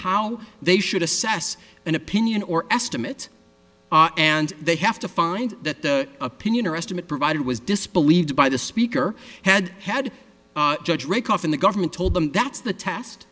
how they should assess an opinion or estimate and they have to find that the opinion or estimate provided was disbelieved by the speaker had had judge rakoff in the government told them that's the test